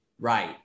Right